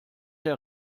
der